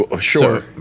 Sure